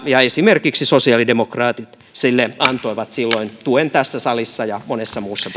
ja esimerkiksi sosiaalidemokraatit antoivat sille silloin tuen tässä salissa ja monessa muussa